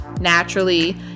Naturally